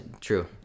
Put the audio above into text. true